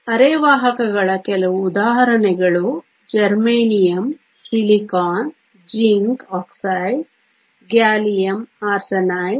ಅರೆವಾಹಕಗಳ ಕೆಲವು ಉದಾಹರಣೆಗಳು germanium silicon zinc oxide gallium arsenide